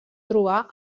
trobar